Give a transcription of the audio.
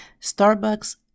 Starbucks